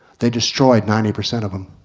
they destroyed ninety percent of them.